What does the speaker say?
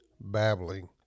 Babbling